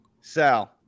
Sal